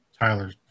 Tyler